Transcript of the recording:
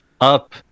up